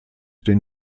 den